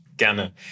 Gerne